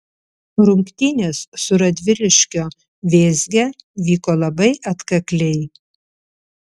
rungtynės su radviliškio vėzge vyko labai atkakliai